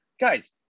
Guys